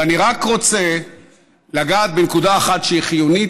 ואני רק רוצה לגעת בנקודה אחת שהיא חיונית,